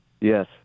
Yes